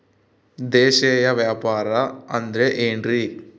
ದೇಶೇಯ ವ್ಯಾಪಾರ ಅಂದ್ರೆ ಏನ್ರಿ?